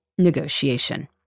negotiation